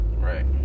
Right